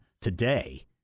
today